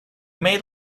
made